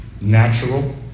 natural